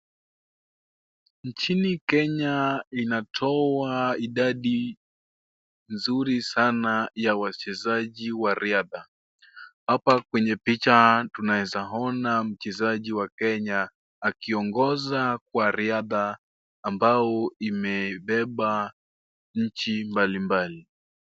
Nchini Kenya inatoa idadi nzuri sana ya wachezaji wa riadha. Hapa kwenye picha tunaweza ona mchezaji wa Kenya akiongoza kwa riadha ambao imebeba nchi mbalimbali.